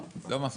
לא, לא מספיק.